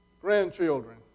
grandchildren